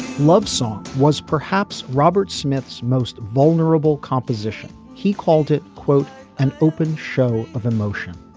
love song was perhaps robert smith's most vulnerable composition. he called it quote an open show of emotion.